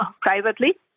privately